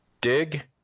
dig